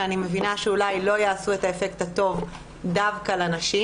שאני מבינה שאולי לא יעשו את האפקט הטוב יותר דווקא לנשים,